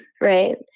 right